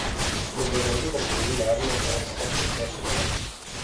sklido gandai kad pagrindinė armija buvo renkama prie giorlico